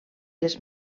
les